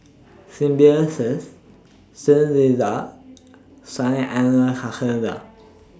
Symbiosis Soon Lee Lodge